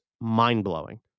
mind-blowing